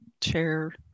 chair